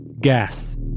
gas